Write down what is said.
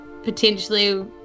Potentially